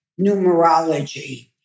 numerology